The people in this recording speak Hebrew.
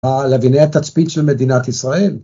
הלוויני התצפית של מדינת ישראל.